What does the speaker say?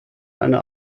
eine